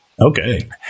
Okay